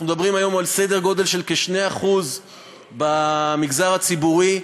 אנחנו מדברים היום על סדר גודל של כ-2% במגזר הציבורי.